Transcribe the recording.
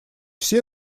все